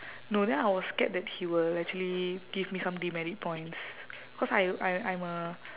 no then I was scared that he will actually give me some demerit points cause I I I'm a